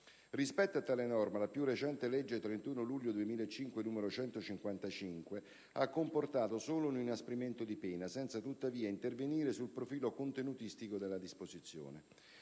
Rispetto a tale norma, la più recente legge 31 luglio 2005, n. 155, ha comportato solo un inasprimento di pena, senza tuttavia intervenire sul profilo contenutistico della disposizione.